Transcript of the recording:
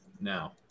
now